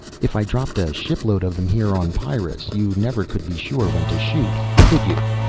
if i dropped a shipload of them here on pyrrus, you never could be sure when to shoot, could you?